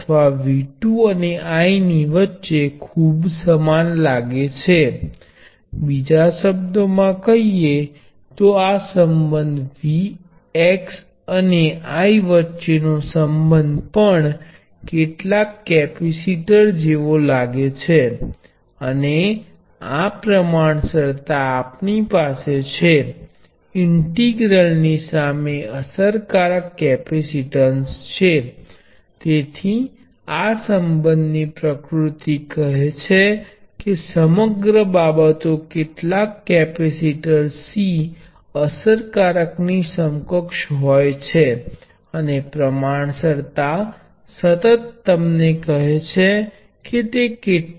તેથી I અને V વચ્ચેના આ પ્રમાણસર સંબંધને કારણે આપણે જાણીએ છીએ કે સમાંતર સંયોજન રેઝિસ્ટર પણ એક રેઝિસ્ટર ની જેમ વર્તે છે જેથી અસરકારક વાહકતા G 1 G 2 GN દ્વારા આપવામાં આવે છે તેથી જો હું આ ટર્મિનલ્સ ને n1 અને n2 કહુ તો આ n1 અને n2 ની વચ્ચે તે એક રેઝિસ્ટર જેવું લાગે છે અને તમે આની મદદ થી વાહકતાની ગણતરી કરી શકો છો